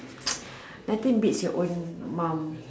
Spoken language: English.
nothing beats your own mum